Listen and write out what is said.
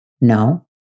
No